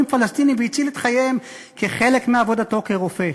פלסטינים והציל את חייהם כחלק מעבודתו כרופא.